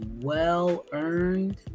well-earned